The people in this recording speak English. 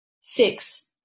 Six